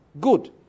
good